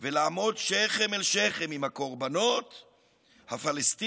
ולעמוד שכם אל שכם עם הקורבנות הפלסטינים,